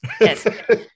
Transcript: Yes